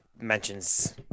mentions